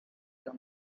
the